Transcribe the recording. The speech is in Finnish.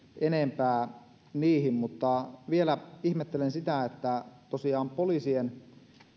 enempää niihin mutta vielä ihmettelen sitä että tosiaan poliisien